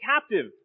captive